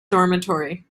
dormitory